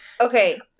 Okay